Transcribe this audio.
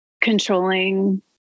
controlling